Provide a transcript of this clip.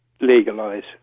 legalise